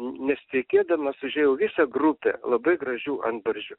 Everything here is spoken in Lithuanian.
nesitikėdamas užėjau visa grupė labai gražių antbarzdžių